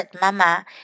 Mama